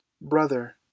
Brother